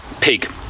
pig